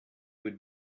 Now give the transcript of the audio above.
would